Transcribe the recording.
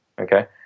Okay